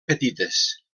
petites